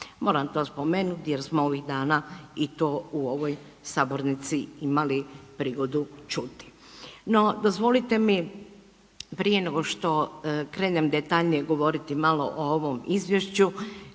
moram to spomenuti jer smo ovih dana i to u ovoj sabornici imali prigodu čuti. No dozvolite mi prije nego što krenem detaljnije govoriti malo o ovom izvješću